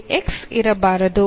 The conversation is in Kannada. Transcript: ಇಲ್ಲಿ x ಇರಬಾರದು